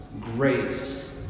grace